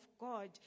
God